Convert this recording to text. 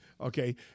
okay